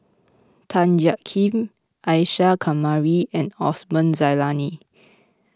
Tan Jiak Kim Isa Kamari and Osman Zailani